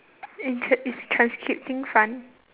is transcripting fun